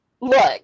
look